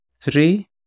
three